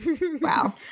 Wow